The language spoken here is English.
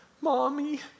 Mommy